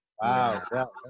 Wow